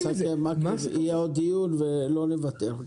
יהיה עוד דיון ולא נוותר.